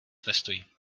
nestojí